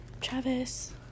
Travis